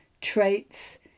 traits